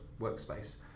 workspace